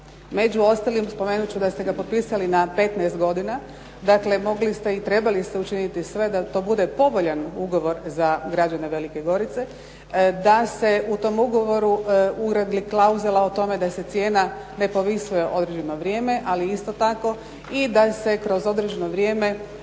među ostalim spomenut ću da ste ga potpisali na 15 godina. Dakle, mogli ste i trebali ste učiniti sve da to bude povoljan ugovor za građane Velike Gorice da se u tom ugovoru uredi klauzula o tome da se cijena ne povisuje određeno vrijeme. Ali isto tako i da se kroz određeno vrijeme